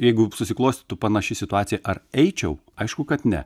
jeigu susiklostytų panaši situacija ar eičiau aišku kad ne